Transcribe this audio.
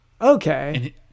okay